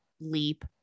leap